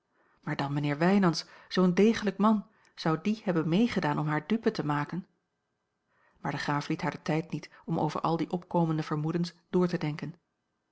maar dan mijnheer wijnands zoo'n degelijk man zou die hebben meegedaan om haar dupe te maken maar de graaf liet haar den tijd niet om over al die opkomende vermoedens door te denken